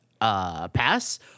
Pass